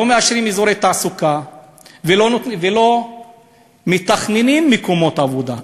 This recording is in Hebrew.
לא מאשרים אזורי תעסוקה ולא מתכננים מקומות עבודה.